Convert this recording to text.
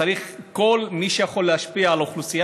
צריך שכל מי שיכול להשפיע על אוכלוסייה